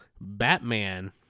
Batman